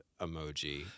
emoji